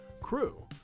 crew